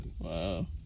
Wow